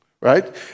right